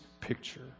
picture